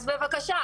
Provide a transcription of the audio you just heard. אז בבקשה,